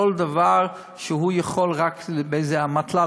כל דבר שהוא רק יכול לבטל באיזו אמתלה,